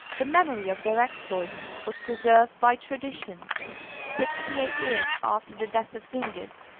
the memory of their exploits was preserved by tradition sixty-eight years after the death of zingis,